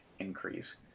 increase